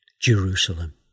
Jerusalem